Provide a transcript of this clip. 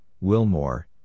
Wilmore